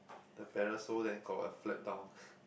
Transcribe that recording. the parasol then got one flap down